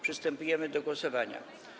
Przystępujemy do głosowania.